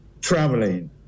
traveling